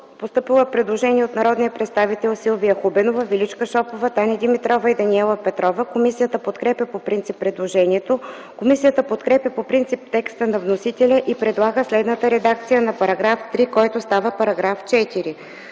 Постъпило е предложение от народните представители Силвия Хубенова, Величка Шопова, Таня Димитрова и Даниела Петрова. Комисията подкрепя по принцип предложението. Комисията подкрепя по принцип текста на вносителя и предлага следната редакция на § 3, който става § 4: „§ 4.